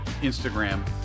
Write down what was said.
Instagram